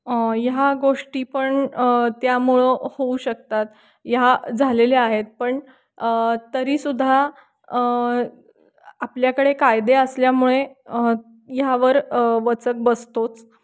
ह्या गोष्टी पण त्यामुळं होऊ शकतात ह्या झालेल्या आहेत पण तरीसुद्धा आपल्याकडे कायदे असल्यामुळे ह्यावर वचक बसतोच